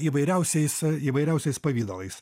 įvairiausiais įvairiausiais pavidalais